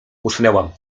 usnęłam